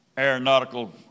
aeronautical